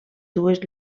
dues